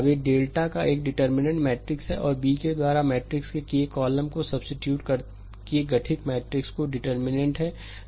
अब यदि डेल्टा एक डिटर्मिननेंट् मैट्रिक्स है और b के द्वारा मैट्रिक्स के k वें कॉलम को सब्सीट्यूट करके गठित मैट्रिक्स का डिटर्मिननेंट् है